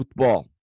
futebol